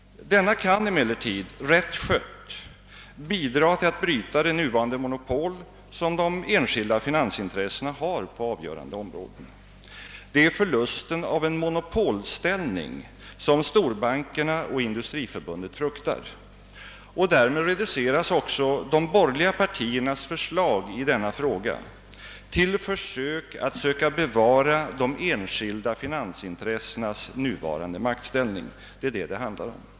Denna kan emellertid, rätt skött, bidra till att bryta det monopol som de enskilda finansintressena nu har på avgörande områden. Det är förlusten av en monopolställning som storbankerna och Industriförbundet fruktar. Och därmed reduceras också de borgerliga partiernas förslag i denna fråga till försök att bevara de enskilda finansintressenas nuvarande maktställning. Det är vad det handlar om.